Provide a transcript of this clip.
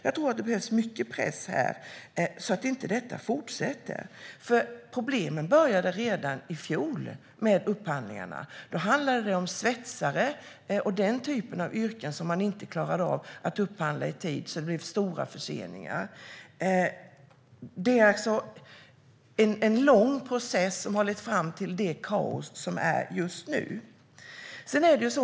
Jag tror att det behövs mycket press här så att inte detta fortsätter. Problemen med upphandlingarna började redan i fjol. Då handlade det om svetsare och den typen av yrken som man inte klarade av att upphandla i tid så att det blev stora förseningar. Det är alltså en lång process som har lett fram till det kaos som råder just nu.